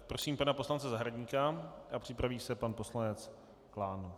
Prosím pana poslance Zahradníka a připraví se pan poslanec Klán.